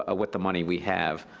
ah with the money we have,